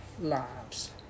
lives